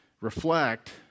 reflect